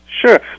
Sure